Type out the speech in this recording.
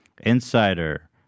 insider